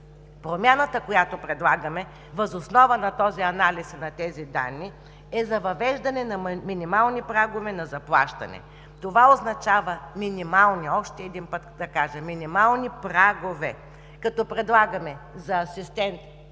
Промяната, която предлагаме въз основа на този анализ и на тези данни, е за въвеждане на минимални прагове на заплащане. Това означава минимални, още един път да кажа,